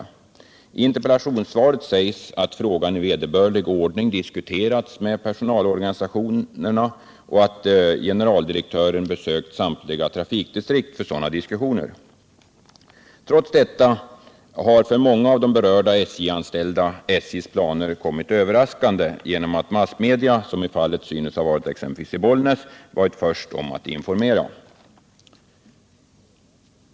I svaret sägs att frågan i vederbörlig ordning diskuterats med personalorganisationerna och att generaldirektören besökt samtliga trafikdistrikt för sådana diskussioner. Trots detta har SJ:s planer för många av de berörda SJ-anställda kommit överraskande genom att massmedia, såsom fallet synes ha varit exempelvis i Bollnäs, varit först med att informera.